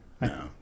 No